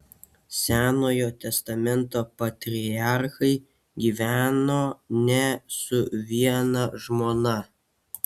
senojo testamento patriarchai gyveno ne su viena žmona